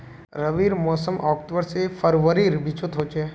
रविर मोसम अक्टूबर से फरवरीर बिचोत होचे